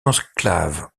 enclave